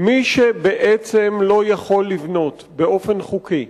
מי שבעצם לא יכול לבנות באופן חוקי,